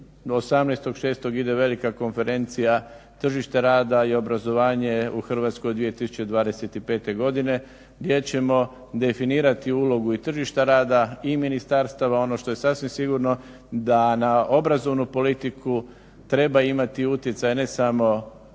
18.6. ide velika konferencija tržište rada i obrazovanje u Hrvatskoj 2025. godine gdje ćemo definirati ulogu i tržišta rada i ministarstava. Ono što je sasvim sigurno da na obrazovnu politiku treba imati utjecaj ne samo